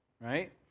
right